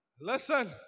Listen